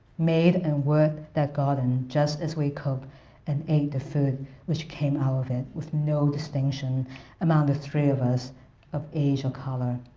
made and worked that garden just as we cooked and ate the food which came out of it with no distinction among the three of us of age or color.